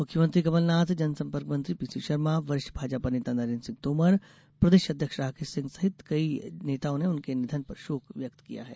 मुख्यमंत्री कमलनाथ जनसंपर्क मंत्री पीसीशर्मा वरिष्ठ भाजपा नेता नरेन्द्र सिंह तोमर प्रदेश अध्यक्ष राकेश सिंह सहित कई नेताओं ने उनके निधन पर शोक व्यक्त किया है